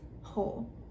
whole